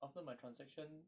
after my transaction